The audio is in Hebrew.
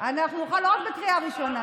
לא רק בקריאה ראשונה,